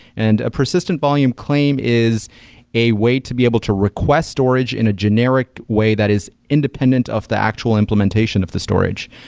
and a persistent volume claim is a way to be able to request storage in a generic way that is independent of the actual implementation of the storage.